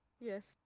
Yes